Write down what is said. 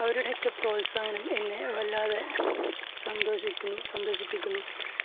അവരുടെയൊക്കെ പ്രോത്സാഹനം എന്നെ വല്ലാതെ സന്തോഷിക്കുന്നു സന്തോഷിപ്പിക്കുന്നു